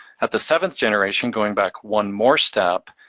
at the seventh generation, going back one more step,